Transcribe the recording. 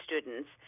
students